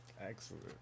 Excellent